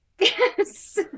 yes